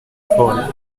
fall